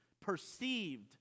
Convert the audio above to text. perceived